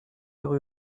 rue